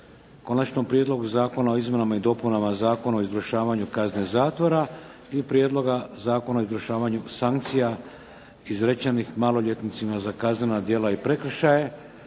Konačnom prijedlogu Zakona o izmjenama i dopunama Zakona o izvršavanju kazne zatvora i Prijedloga zakona o izvršavanju sankcija izrečenih maloljetnicima za kaznena djela i prekršaje.